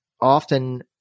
often